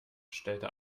stellte